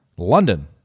london